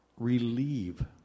relieve